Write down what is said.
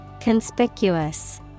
Conspicuous